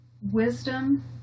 wisdom